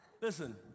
Listen